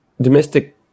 domestic